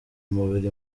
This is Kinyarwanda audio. umubiri